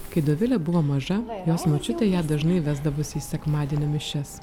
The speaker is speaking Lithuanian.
kai dovilė buvo maža jos močiutė ją dažnai vesdavosi į sekmadienio mišias